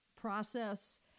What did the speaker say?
process